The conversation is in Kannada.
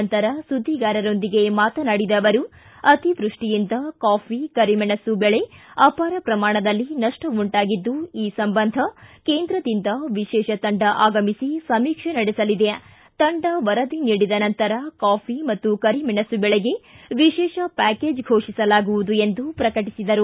ನಂತರ ಸುದ್ದಿಗಾರರೊಂದಿಗೆ ಮಾತನಾಡಿದ ಅವರು ಅತಿವೃಷ್ಷಿಯಿಂದಾಗಿ ಕಾಫಿ ಕರಿಮೆಣಸು ಬೆಳೆ ಅಪಾರ ಪ್ರಮಾಣದಲ್ಲಿ ನಷ್ಷ ಉಂಟಾಗಿದ್ದು ಈ ಸಂಬಂಧ ಕೇಂದ್ರದಿಂದ ವಿಶೇಷ ತಂಡ ಆಗಮಿಸಿ ಸಮೀಕ್ಷೆ ನಡೆಸಲಿದೆ ತಂಡ ವರದಿ ನೀಡಿದ ನಂತರ ಕಾಫಿ ಮತ್ತು ಕರಿಮೆಣಸು ಬೆಳೆಗೆ ವಿಶೇಷ ಪ್ಯಾಕೇಜ್ ಘೋಷಿಸಲಾಗುವುದು ಎಂದು ಪ್ರಕಟಿಸಿದರು